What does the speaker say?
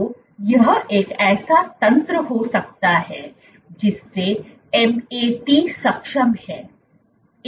तो यह एक ऐसा तंत्र हो सकता है जिससे MAT सक्षम है